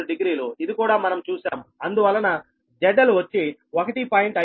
870 ఇది కూడా మనం చూశాం అందువలన ZL వచ్చి 1